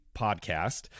podcast